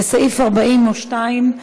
לסעיף 42,